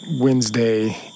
Wednesday